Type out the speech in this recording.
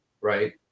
right